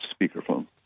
speakerphone